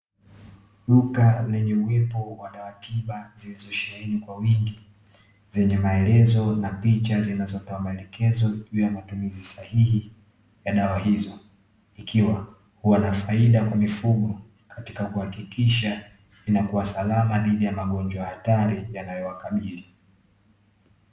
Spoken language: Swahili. Duka lenye uwepo wa dawa tiba zilizosheheni kwa wingi zenye maelezo na picha zinazotoa maelekezo juu ya matumizi sahihi ya dawa hizo, ikiwa kuwa na faida kwa mifugo katika kuhakikisha inakua salama dhidi ya magonjwa hatari yanayowakabili.